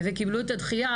קיבלו את הדחייה,